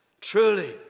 truly